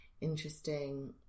Interesting